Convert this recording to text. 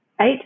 eight